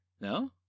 No